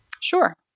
Sure